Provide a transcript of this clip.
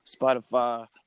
Spotify